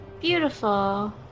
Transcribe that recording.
Beautiful